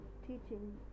teaching